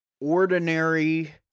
ordinary